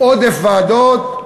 עודף ועדות,